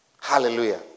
Hallelujah